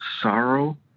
sorrow